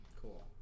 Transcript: Cool